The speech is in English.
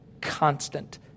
constant